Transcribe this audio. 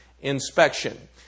inspection